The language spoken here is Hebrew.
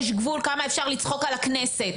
יש גבול כמה אפשר לצחוק על הכנסת.